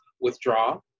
withdraw